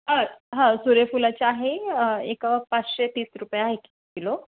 हां हां सूर्यफुलाची आहे एक पाचशे तीस रुपये आहे किलो